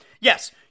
Yes